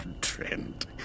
Trent